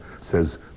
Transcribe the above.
says